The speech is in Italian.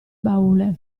baule